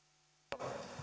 arvoisa